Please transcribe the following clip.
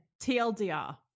TLDR